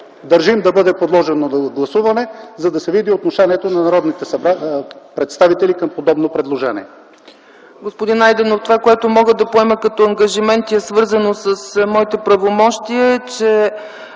държим да бъде подложено на гласуване, за да се види отношението на народните представители към подобно предложение. ПРЕДСЕДАТЕЛ ЦЕЦКА ЦАЧЕВА: Господин Найденов, това, което мога да поема като ангажимент, е свързано с моите правомощия, че